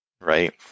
Right